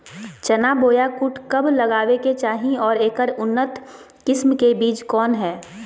चना बोया बुट कब लगावे के चाही और ऐकर उन्नत किस्म के बिज कौन है?